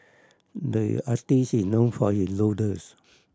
the artist is known for his doodles